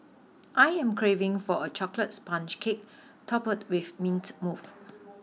I am craving for a chocolate sponge cake topped with mint mousse